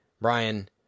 Brian